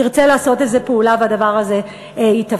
ירצה לעשות איזו פעולה והדבר הזה יתאפשר.